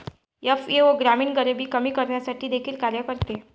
FAO ग्रामीण गरिबी कमी करण्यासाठी देखील कार्य करते